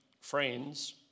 friends